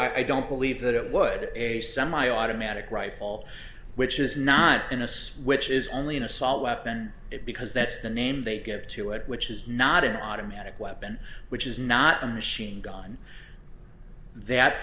i don't believe that it would a semi automatic rifle which is not in a switch is only an assault weapon it because that's the name they get to it which is not an automatic weapon which is not a machine gun that